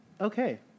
Okay